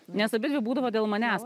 nes abidvi būdavo dėl manęs